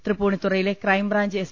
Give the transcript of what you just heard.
തൃപ്പൂണിത്തുറയിലെ crime branch S